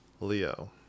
Leo